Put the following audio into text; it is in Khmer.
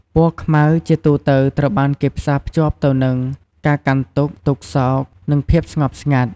ពណ៌ខ្មៅ ជាទូទៅត្រូវបានគេផ្សារភ្ជាប់ទៅនឹង ការកាន់ទុក្ខ ទុក្ខសោក និងភាពស្ងប់ស្ងាត់។